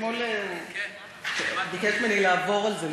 אתמול הוא ביקש ממני לעבור על זה,